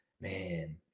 man